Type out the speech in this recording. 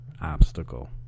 obstacle